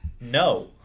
No